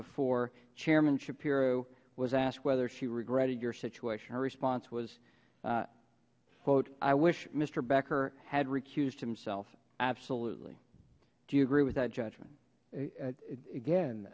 before chairman shapiro was asked whether she regretted your situation response was quote i wish mister becker had accused himself absolutely do you agree with that judgment at it again